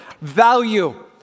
value